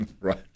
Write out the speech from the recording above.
Right